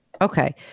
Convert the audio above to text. Okay